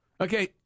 Okay